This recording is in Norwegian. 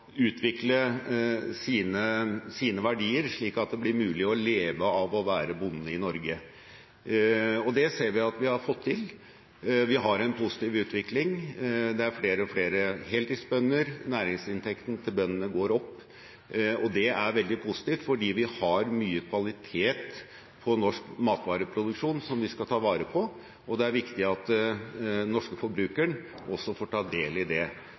utvikle sine verdier slik at det blir mulig å leve av å være bonde i Norge. Og det ser vi at vi har fått til. Vi har en positiv utvikling. Det er flere og flere heltidsbønder, og næringsinntektene til bøndene går opp. Det er veldig positivt fordi vi har mye kvalitet på norsk matvareproduksjon som vi skal ta vare på, og det er viktig at den norske forbrukeren også får ta del i det.